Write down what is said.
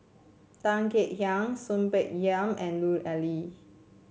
Tan Kek Hiang Soon Peng Yam and Lut Ali